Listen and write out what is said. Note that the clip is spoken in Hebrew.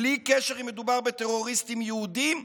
בלי קשר אם מדובר בטרוריסטים יהודים,